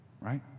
right